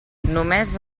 només